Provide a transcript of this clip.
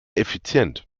effizient